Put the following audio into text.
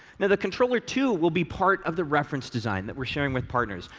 now the controller, too, will be part of the reference design that we're sharing with partners,